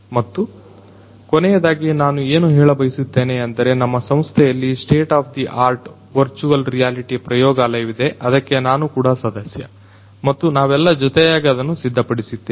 ಮತ್ತು ಕೊನೆಯದಾಗಿ ನಾನು ಏನು ಹೇಳಬಯಸುತ್ತೇನೆ ಅಂದರೆ ನಮ್ಮ ಸಂಸ್ಥೆಯಲ್ಲಿ state of the art virtual reality ಪ್ರಯೋಗಾಲಯ ವಿದೆ ಅದಕ್ಕೆ ನಾನು ಕೂಡ ಸದಸ್ಯ ಮತ್ತು ನಾವೆಲ್ಲ ಜೊತೆಯಾಗಿ ಅದನ್ನು ಸಿದ್ಧಪಡಿಸಿದ್ದೇವೆ